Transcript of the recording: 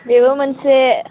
बेबो मोनसे